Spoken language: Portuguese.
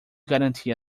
garantir